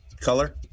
color